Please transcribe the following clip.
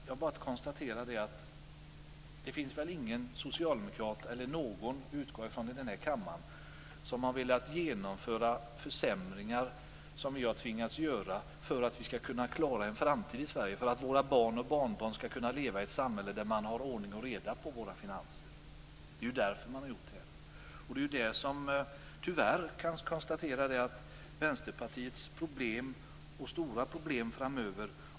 Jag konstaterar bara att det inte finns någon socialdemokrat eller någon annan heller i den här kammaren - det utgår jag ifrån - som har velat genomföra de försämringar vi har tvingats göra. Men vi har gjort dem för att kunna klara en framtid i Sverige, och för att våra barn och barnbarn skall kunna leva i ett samhälle där det är ordning och reda på finanserna. Det är ju därför vi har gjort det här. Tyvärr kan man konstatera att detta är Vänsterpartiets stora problem.